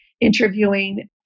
interviewing